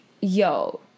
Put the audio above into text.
yo